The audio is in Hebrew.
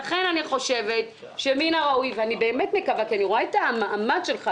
לכן אני חושבת שמן הראוי ואני באמת מקווה כי אני רואה את המאמץ שלך,